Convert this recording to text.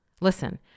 Listen